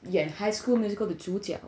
演 high school musical 的主角